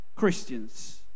Christians